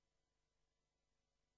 הצעת סיעות המחנה הציוני,